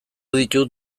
ditut